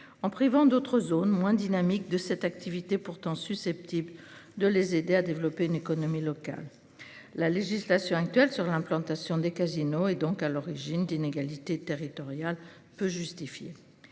en privant d'autres zones moins dynamique de cette activité pourtant susceptibles de les aider à développer une économie locale. La législation actuelle sur l'implantation des casinos, et donc à l'origine d'inégalités territoriales peut justifier